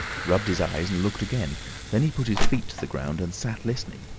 rubbed his eyes and looked again then he put his feet to the ground, and sat listening.